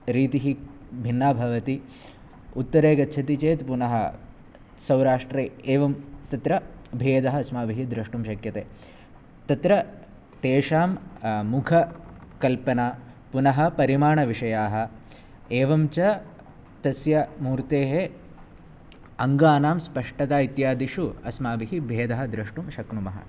रीतिः भिन्ना भवति उत्तरे गच्छति चेत् पुनः सौराष्ट्रे एवं तत्र भेदः अस्माभिः द्रष्टुं शक्यते तत्र तेषां मुखकल्पना पुनः परिमाणविषयाः एवं च तस्य मूर्तेः अङ्गानां स्पष्टता इत्यादिषु अस्माभिः भेदः द्रष्टुं शक्नुमः